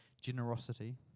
generosity